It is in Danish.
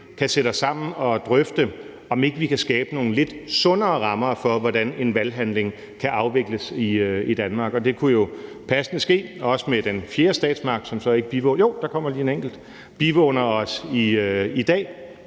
kan sætte os sammen og drøfte, om ikke vi kan skabe nogle lidt sundere rammer for, hvordan en valghandling kan afvikles i Danmark. Det kunne jo passende ske også med den fjerde statsmagt, som så ikke bivåner os i dag